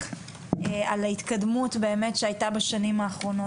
על ההתקדמות באמת שהייתה בשנים האחרונות.